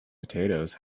potatoes